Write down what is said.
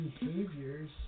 behaviors